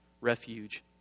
refuge